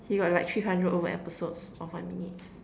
he got like three hundred over episodes of one minutes